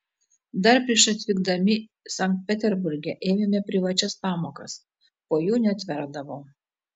dar prieš atvykdami sankt peterburge ėmėme privačias pamokas po jų net verkdavau